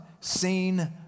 seen